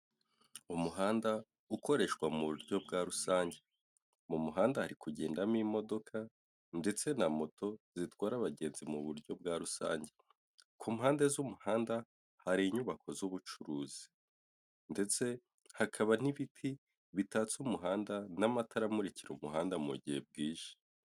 Umuhanda ukoreshwa mu buryo bwa rusange. Mu muhanda hari kugendamo imodoka ndetse na moto zitwara abagenzi mu buryo bwa rusange, ku mpande z'umuhanda hari inyubako z'ubucuruzi ndetse hakaba n'ibiti bitatse umuhanda n'amatara amurikira umuhanda mu gihe bwije.